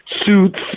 suits